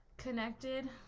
connected